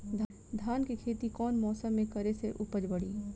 धान के खेती कौन मौसम में करे से उपज बढ़ी?